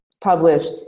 published